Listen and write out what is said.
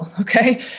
okay